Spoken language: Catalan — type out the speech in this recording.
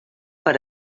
per